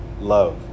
love